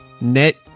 Net